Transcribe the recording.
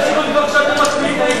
איך